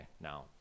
now